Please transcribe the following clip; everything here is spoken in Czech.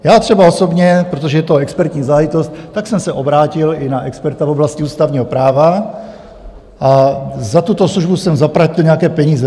Já třeba osobně, protože je to expertní záležitost, jsem se obrátil i na experta v oblasti ústavního práva a za tuto službu jsem zaplatil nějaké peníze.